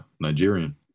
Nigerian